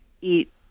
eat